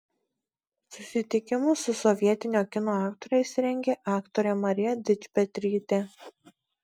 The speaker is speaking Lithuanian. susitikimus su sovietinio kino aktoriais rengė aktorė marija dičpetrytė